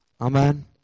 Amen